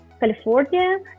California